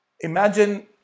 Imagine